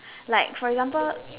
like for example